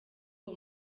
uwo